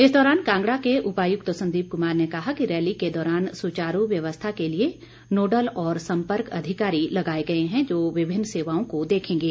इस दौरान कांगड़ा के उपायुक्त संदीप कुमार ने कहा कि रैली के दौरान सुचारू व्यवस्था के लिए नोडल और संपर्क अधिकारी लगाए गए हैं जो विभिन्न सेवाओं को देखेंगे